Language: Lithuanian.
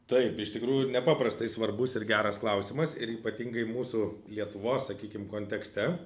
taip iš tikrųjų nepaprastai svarbus ir geras klausimas ir ypatingai mūsų lietuvos sakykim kontekste